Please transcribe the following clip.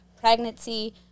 pregnancy